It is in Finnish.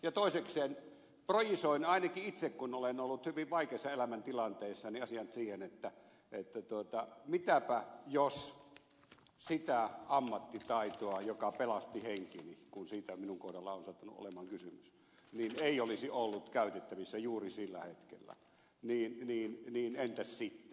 ja toisekseen projisoin ainakin itse kun olen ollut hyvin vaikeassa elämäntilanteessa asian siihen että mitäpä jos sitä ammattitaitoa joka pelasti henkeni kun siitä minun kohdallani on sattunut olemaan kysymys ei olisi ollut käytettävissä juuri sillä hetkellä niin entäs sitten